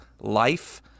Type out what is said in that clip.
life